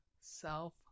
self